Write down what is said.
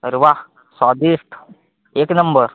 अरे वा स्वादिष्ट एक नंबर